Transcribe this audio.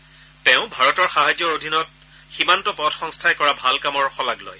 এই ছেগতে তেওঁ ভাৰতৰ সাহায্যৰ অধীনত সীমান্ত পথ সংস্থাই কৰা ভাল কামৰ শলাগ লয়